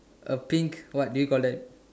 a pink what do you call that